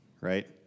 right